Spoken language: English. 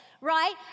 right